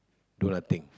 do nothing